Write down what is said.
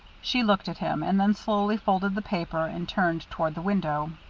she looked at him, and then slowly folded the paper and turned toward the window.